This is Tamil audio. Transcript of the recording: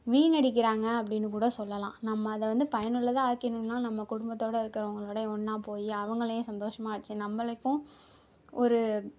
வீணடிக்கிறாங்க அப்படின்னு கூட சொல்லலாம் நம்ம அதை வந்து பயனுள்ளதாக ஆக்கிகணுனா நம்ம குடும்பத்தோடு இருக்கிறவங்களோட ஒன்றா போய் அவங்களையும் சந்தோஷமாக வெச்சு நம்மளுக்கும் ஒரு